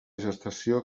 gestació